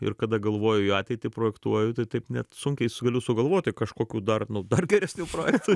ir kada galvoju į ateitį projektuoju tai taip net sunkiai su galiu sugalvoti kažkokių dar nu dar geresnių projektų